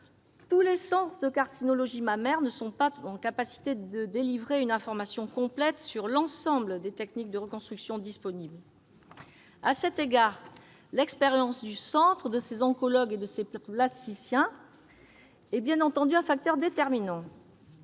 Tous les centres de carcinologie mammaire ne sont pas en capacité de délivrer une information complète sur l'ensemble des techniques de reconstruction disponibles. À cet égard, l'expérience du centre, de ses oncologues et de ses plasticiens est, bien entendu, un facteur déterminant.